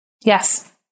yes